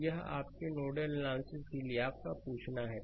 तो यह आपके नोडल एनालिसिस के लिए आपका पूछना है